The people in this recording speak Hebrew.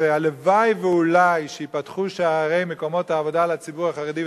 והלוואי ואולי שייפתחו שערי מקומות העבודה לציבור החרדי,